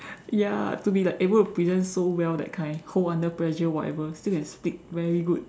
ya to be like able to present so well that kind hold under pressure whatever still can speak very good